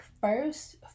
first